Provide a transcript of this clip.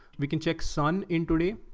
we can check sun in today.